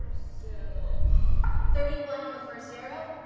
so thirty one on the first arrow.